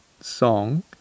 song